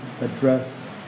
address